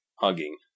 hugging